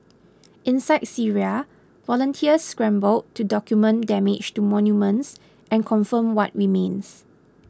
inside Syria volunteers scramble to document damage to monuments and confirm what remains